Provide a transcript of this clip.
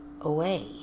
away